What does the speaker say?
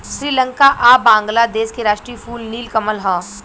श्रीलंका आ बांग्लादेश के राष्ट्रीय फूल नील कमल ह